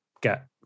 get